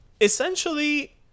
essentially